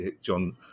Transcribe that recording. John